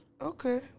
Okay